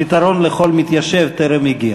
פתרון לכל מתיישב טרם הגיע.